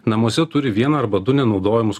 namuose turi vieną arba du nenaudojamus